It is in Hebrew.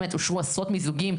באמת אושרו עשרות מיזוגים,